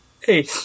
Hey